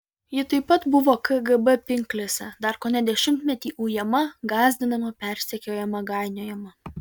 ji taip pat buvo kgb pinklėse dar kone dešimtmetį ujama gąsdinama persekiojama gainiojama